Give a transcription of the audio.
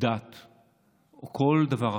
דת או כל דבר אחר.